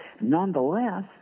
nonetheless